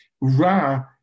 Ra